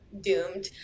doomed